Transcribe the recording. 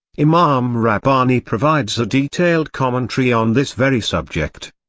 imam rabbani provides a detailed commentary on this very subject.